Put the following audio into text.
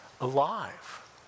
alive